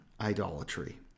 idolatry